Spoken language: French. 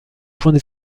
point